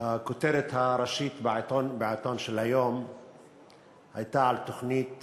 הכותרת הראשית בעיתון של היום הייתה על תוכנית